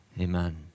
Amen